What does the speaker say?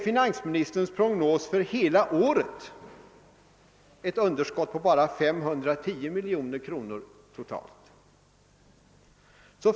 Finansministerns prognos för hela året är ett underskott på endast 5310 miljoner kronor totalt.